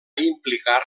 implicar